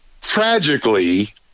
Tragically